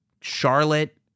Charlotte